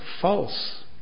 false